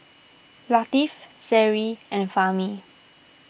Latif Seri and Fahmi